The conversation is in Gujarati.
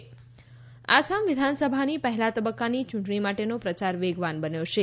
આસામ ચૂંટણી આસામ વિધાનસભાની પહેલા તબક્કાની ચૂંટણી માટેનો પ્રચાર વેગવાન બન્યો છે